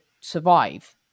survive